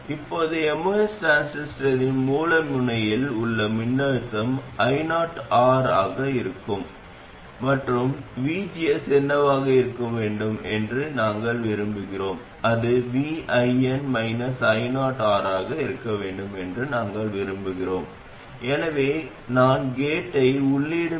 இப்போது id வடிகால் முதல் மூலத்திற்கு பாய்கிறது எனவே வடிகால் வெளியே பாயும் பகுதியை ஒரு சுமையுடன் இணைக்க பயன்படுத்தலாம் அது ஒரு சுமை மற்றும் விளக்கத்திற்கு இது ஒரு எதிர்ப்பு என்று நீங்கள் கற்பனை செய்யலாம் அவ்வளவுதான்